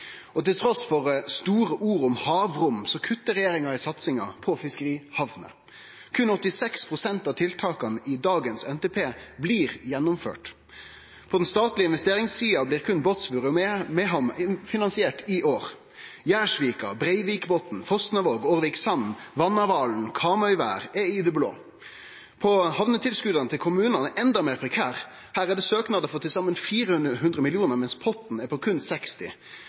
store ord om havrom kuttar regjeringa i satsinga på fiskerihamner; berre 86 pst. av tiltaka i dagens NTP blir gjennomført. På den statlege investeringssida blir berre Båtsfjord og Mehamn finansiert i år. Gjerdsvika, Breivikbotn, Fosnavåg, Årviksand, Vannavalen og Kamøyvær er i det blå. Når det gjeld hamnetilskota til kommunane, er situasjonen endå meir prekær. Her er det søknader for til saman 400 mill. kr, mens potten er på berre 60.